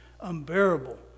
unbearable